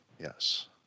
yes